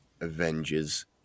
Avengers